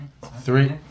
Three